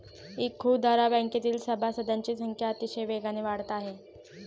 इखुदरा बँकेतील सभासदांची संख्या अतिशय वेगाने वाढत आहे